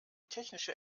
technische